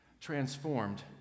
transformed